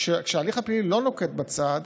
כשההליך הפלילי לא נוקט בכך צד,